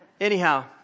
anyhow